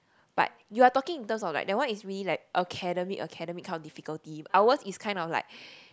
but you are talking in terms of like that one is really like academic academic kind of difficulty ours is kind of like